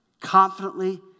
confidently